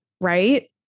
Right